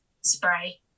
Spray